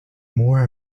more